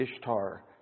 Ishtar